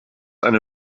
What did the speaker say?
eine